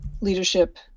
Leadership